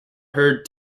heard